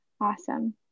Awesome